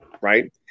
right